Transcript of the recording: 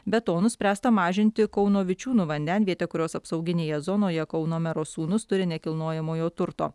be to nuspręsta mažinti kauno vičiūnų vandenvietę kurios apsauginėje zonoje kauno mero sūnus turi nekilnojamojo turto